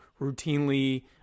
routinely